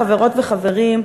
חברות וחברים,